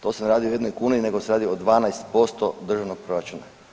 Tu se ne radi o jednoj kunu nego se radi o 12% državnog proračuna.